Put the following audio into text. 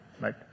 right